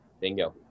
Bingo